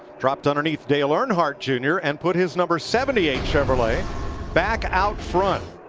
dropped underneath dale earnhardt jr. and put his number seventy eight chevrolet back out front.